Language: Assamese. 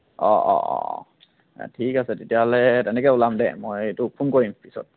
অঁ অঁ অঁ ঠিক আছে তেতিয়াহ'লে তেনেকৈ ওলাম দে মই তোক ফোন কৰিম পিছত